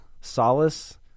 solace